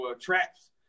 traps